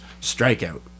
Strikeout